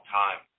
time